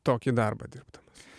tokį darbą dirbdamas